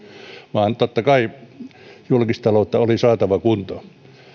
vaan totta kai julkistaloutta oli saatava kuntoon